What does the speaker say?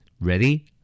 Ready